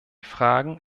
fragen